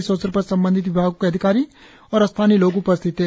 इस अवसर पर संबंधित विभागों के अधिकारी और स्थानीय लोग उपस्थित थे